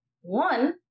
One